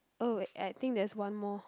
oh I think there's one more